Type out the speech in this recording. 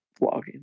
vlogging